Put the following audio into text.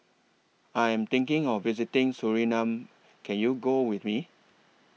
I Am thinking of visiting Suriname Can YOU Go with Me